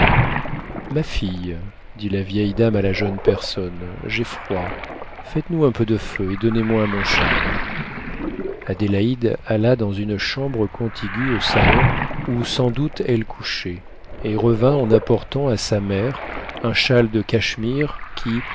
ma fille dit la vieille dame à la jeune personne j'ai froid faites-nous un peu de feu et donnez-moi mon châle adélaïde alla dans une chambre contiguë au salon où sans doute elle couchait et revint en apportant à sa mère un châle de cachemire qui